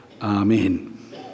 Amen